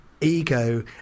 ego